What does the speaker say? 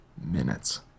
minutes